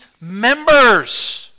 members